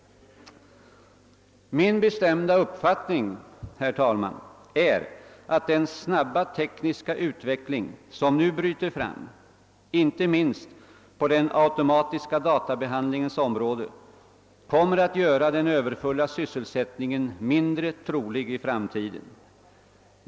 Min bestämda uppfattning, herr talman, är att den snabba tekniska utveckling, som nu bryter fram inte minst på den automatiska databehandlingens område, kommer att göra överfull sysselsättning mindre trolig i framtiden.